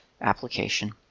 application